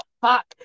fuck